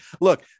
Look